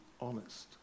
honest